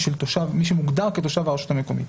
של מי שמוגדר כתושב הרשות המקומית.